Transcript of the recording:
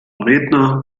redner